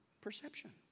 perception